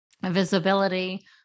visibility